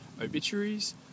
obituaries